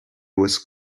was